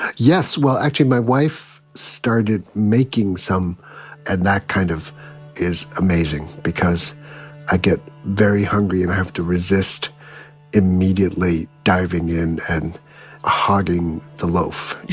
yes. well, actually my wife started making some and that kind of is amazing. because i get very hungry and i have to resist immediately diving in and hogging the loaf,